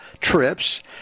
trips